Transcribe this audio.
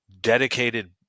dedicated